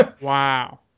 Wow